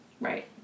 right